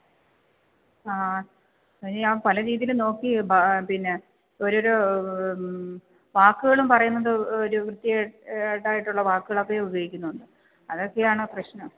ആ ഇനി ഞാന് പല രീതിയിലും നോക്കി പിന്നെ ഒരോരോ വാക്കുകളും പറയുന്നത് ഒരു വൃത്തികേടായിട്ടുള്ള വാക്കുകളൊക്കെയും ഉപയോഗിക്കുന്നുണ്ട് അതൊക്കെയാണ് പ്രശ്നം